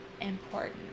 important